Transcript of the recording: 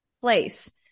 place